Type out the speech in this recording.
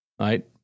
right